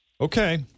Okay